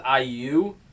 IU